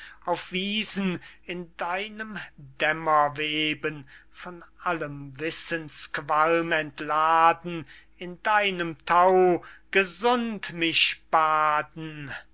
auf wiesen in deinem dämmer weben von allem wissensqualm entladen in deinem thau gesund mich baden